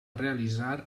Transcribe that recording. realitzar